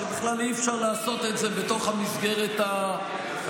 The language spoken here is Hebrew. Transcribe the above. בכלל אי-אפשר לעשות את זה בתוך המסגרת הקיימת.